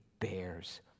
bears